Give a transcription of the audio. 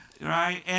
Right